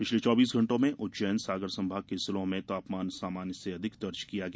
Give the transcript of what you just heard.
पिछले चौबीस घण्टों में उज्जैन सागर संभाग के जिलों में तापमान सामान्य से अधिक दर्ज किया गया